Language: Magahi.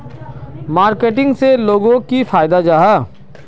मार्केटिंग से लोगोक की फायदा जाहा?